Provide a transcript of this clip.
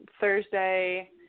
Thursday